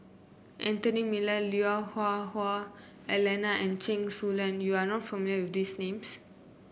Anthony Miller Lui Hah Wah Elena and Chen Su Lan you are not familiar with these names